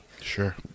Sure